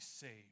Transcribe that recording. saved